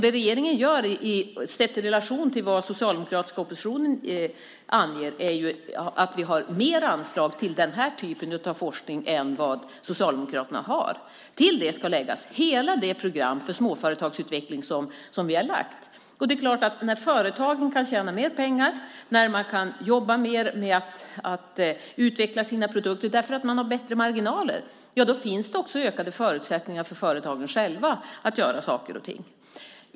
Det regeringen gör, sett i relation till vad den socialdemokratiska oppositionen anger, är att ha mer anslag till denna typ av forskning än vad Socialdemokraterna har. Till det ska läggas hela det program för småföretagsutveckling som vi har lagt fram. När företagen kan tjäna mer pengar och när man kan jobba mer med att utveckla sina produkter eftersom man har bättre marginaler finns det också ökade förutsättningar för företagen själva att göra saker och ting.